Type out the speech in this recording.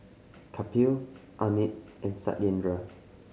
Kapil Amit and Satyendra